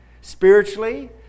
spiritually